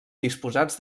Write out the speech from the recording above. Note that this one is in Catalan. disposats